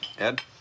Ed